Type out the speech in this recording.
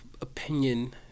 opinion